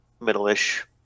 middle-ish